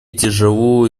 тяжело